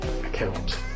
account